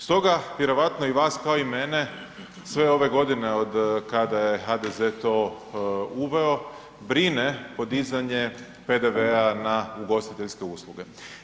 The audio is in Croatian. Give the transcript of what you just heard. Stoga vjerojatno i vas kao i mene sve ove godine od kada je HDZ to uveo brine podizanje PDV-a na ugostiteljske usluge.